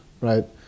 right